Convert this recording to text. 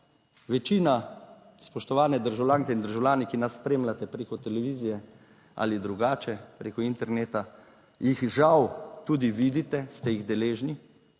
Večina, spoštovane državljanke in državljani, ki nas spremljate preko televizije ali drugače preko interneta, jih žal tudi vidite, ste jih deležni.